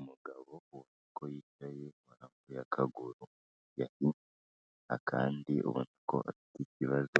Umugabo wumva ko yicaye waramubye akaguru, akandi ubona ko afite ikibazo